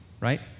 right